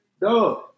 duh